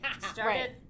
started